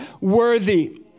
worthy